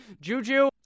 Juju